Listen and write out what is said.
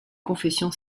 confession